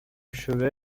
chevet